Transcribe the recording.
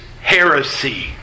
heresy